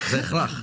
הוא הכרח,